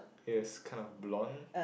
it is kind of blond